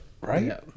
Right